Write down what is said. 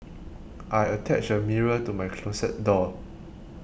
I attached a mirror to my closet door